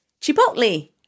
chipotle